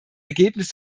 ergebnis